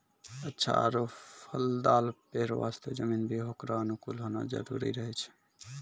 अच्छा आरो फलदाल पेड़ वास्तॅ जमीन भी होकरो अनुकूल होना जरूरी रहै छै